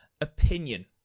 opinion